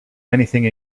anything